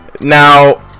now